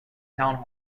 town